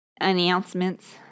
announcements